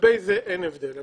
לגבי זה אין הבדל.